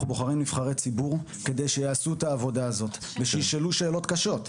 אנחנו בוחרים נציגי ציבור כדי שיעשו את העבודה הזאת ושישאלו שאלות קשות.